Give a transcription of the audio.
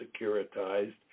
securitized